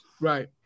Right